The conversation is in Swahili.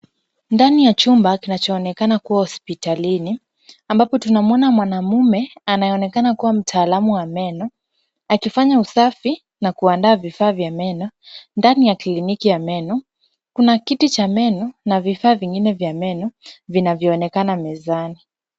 Ndani ya chumba kinachoonekana kuwa hospitalini, ambapo tunamwona mwanaume anayeonekana kuwa mtaalamu wa meno, akifanya usafi na kuandaa vifaa vya meno, ndani ya kliniki ya meno, kuna kiti cha meno na vifaa vingine vya meno vinavyoonekana mezani.